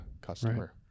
customer